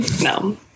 no